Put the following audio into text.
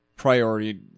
priority